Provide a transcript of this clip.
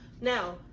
Now